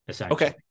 Okay